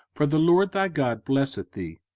for the lord thy god blesseth thee,